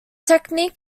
technique